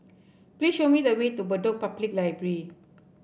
please show me the way to Bedok Public Library